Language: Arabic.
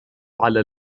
على